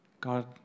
God